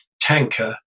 tanker